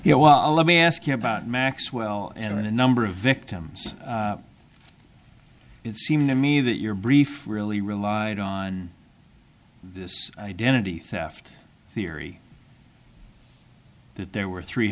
know well let me ask you about maxwell in a number of victims it seemed to me that your brief really relied on this identity theft theory that there were three